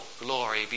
glory